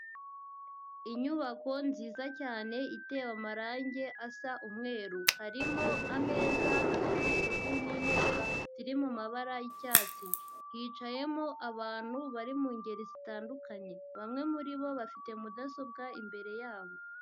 Inyubako nziza cyane itewe amarangi asa umweru. Harimo ameza afite isuku n'intebe ziri mu mabara y'icyatsi. Hicayemo abantu bari mu ngeri zitandukanye. Bamwe muri bo bafite mudasobwa imbere yabo.